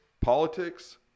politics